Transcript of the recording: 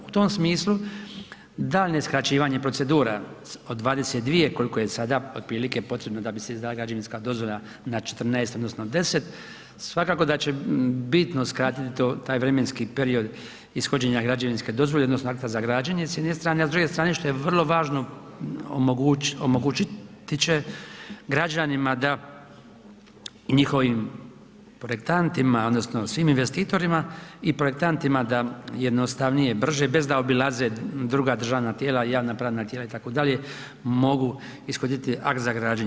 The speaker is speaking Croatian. U tom smislu daljnje skraćivanje procedura od 22 koliko je sada otprilike potrebno da bi se izdala građevinska dozvola na 14 odnosno 10 svakako da će bitno skratiti taj vremenski period ishođenja građevinske dozvole odnosno akta za građenje s jedne strane, a s druge strane što je vrlo važno omogućiti će građanima da i njihovim projektantima odnosno svim investitorima i projektantima, da jednostavnije brže bez da obilaze druga državna tijela i javna pravna tijela itd., mogu ishoditi akt za građenje.